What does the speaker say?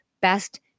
best